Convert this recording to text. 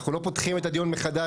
אנחנו לא פותחים את הדיון מחדש,